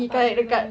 tak ada lah